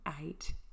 eight